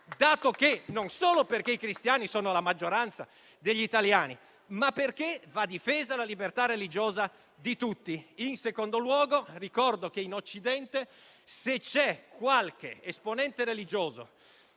non solo perché i cristiani sono la maggioranza degli italiani, ma perché va difesa la libertà religiosa di tutti. In secondo luogo ricordo che se in Occidente c'è qualche esponente religioso